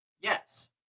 Yes